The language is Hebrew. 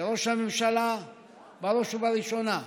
לראש הממשלה בראש ובראשונה,